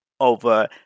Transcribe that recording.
over